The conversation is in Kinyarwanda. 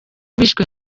bishwe